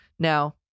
Now